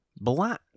black